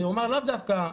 שאמר לאו דווקא,